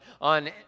on